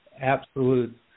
absolute